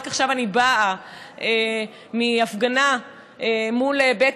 רק עכשיו אני באה מהפגנה מול בית